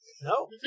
No